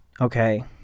okay